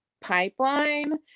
pipeline